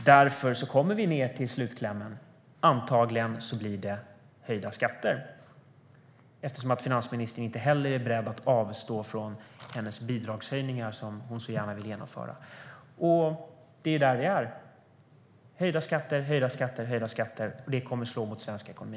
Därför kommer vi till slutklämmen att det antagligen blir höjda skatter, eftersom finansministern inte heller är beredd att avstå från de bidragshöjningar som hon så gärna vill genomföra. Det är där vi är: höjda skatter, höjda skatter, höjda skatter. Det kommer att slå mot svensk ekonomi.